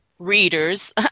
readers